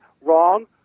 wrong